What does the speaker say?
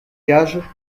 gages